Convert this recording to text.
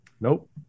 Nope